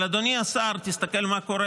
אבל אדוני השר, תסתכל מה קורה